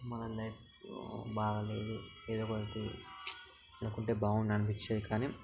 మన లైఫ్ బాగాలేదు ఏదోకటి అనుకుంటే బాగుండు అనిపించేది కానీ